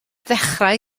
ddechrau